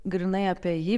grynai apie jį